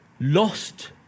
lost